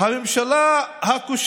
שהיא איומה.